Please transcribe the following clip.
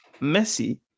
Messi